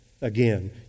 again